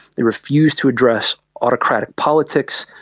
they refuse to address autocratic politics,